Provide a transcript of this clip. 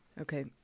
okay